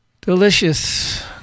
delicious